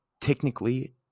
technically